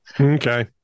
okay